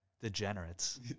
Degenerates